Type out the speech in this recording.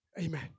Amen